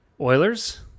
Oilers